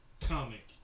comic